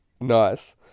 nice